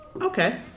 Okay